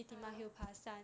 ah